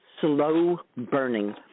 slow-burning